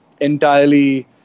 entirely